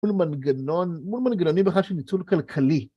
מול מנגנון, מול מנגנונים בכלל של ניצול כלכלי.